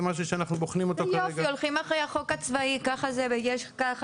זה משהו שאנחנו בוחנים אותו כרגע.